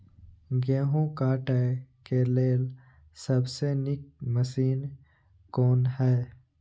गेहूँ काटय के लेल सबसे नीक मशीन कोन हय?